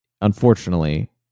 unfortunately